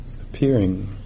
appearing